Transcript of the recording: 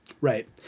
Right